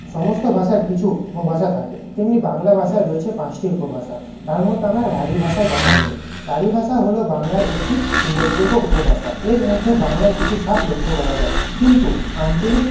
সমস্ত ভাষার কিছু উপভাষা থাকে তেমনি বাংলা ভাষায় রয়েছে পাঁচটি উপভাষা তার মধ্যে আমরা রাঢ়ী ভাষায় কথা বলি রাঢ়ী ভাষা হল বাংলার একটি উল্লেখযোগ্য উপভাষা এর মধ্যে বাংলার কিছু ছাপ লক্ষ করা যায় কিন্তু আঞ্চলিক